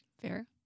Fair